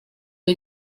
que